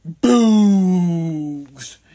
Boogs